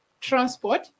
transport